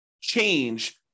change